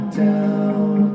down